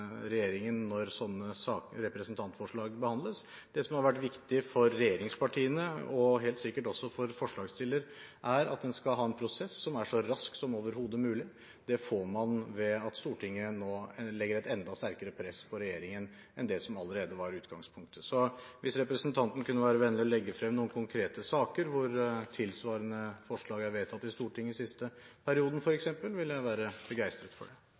regjeringen når sånne representantforslag behandles. Det som har vært viktig for regjeringspartiene, og helt sikkert også for forslagsstiller, er at en skal ha en prosess som er så rask som overhodet mulig. Det får man ved at Stortinget nå legger et enda sterkere press på regjeringen enn det som allerede var utgangspunktet. Hvis representanten kunne være vennlig å legge frem noen konkrete saker hvor tilsvarende forslag er vedtatt i Stortinget, i siste perioden f.eks., ville jeg være begeistret for det.